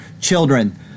children